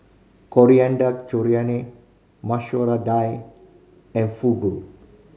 Coriander Chutney Masoor Dal and Fugu